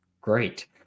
Great